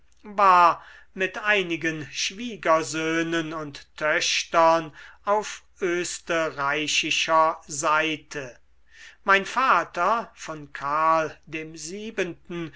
war mit einigen schwiegersöhnen und töchtern auf östreichischer seite mein vater von karl dem siebenten